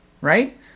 right